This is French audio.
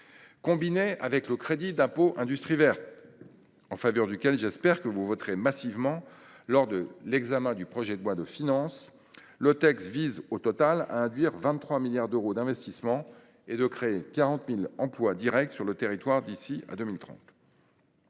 en faveur de l’industrie verte, en faveur duquel j’espère que vous voterez massivement lors de l’examen du projet de loi de finances, ce texte vise à induire 23 milliards d’euros d’investissement et à créer 40 000 emplois directs sur le territoire d’ici à 2030.